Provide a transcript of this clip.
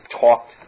talked